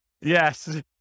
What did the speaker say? yes